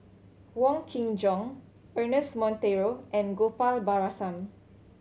Wong Kin Jong Ernest Monteiro and Gopal Baratham